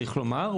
צריך לומר.